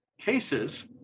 cases